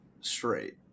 straight